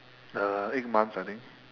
uh eight months I think